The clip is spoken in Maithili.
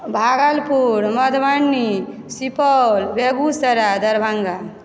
भागलपुर मधुबनी सुपौल बेगूसराय दरभङ्गा